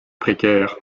précaire